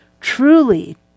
truly